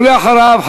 ואחריו,